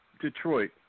Detroit